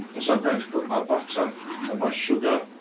and so i'm going to put my butter and my sugar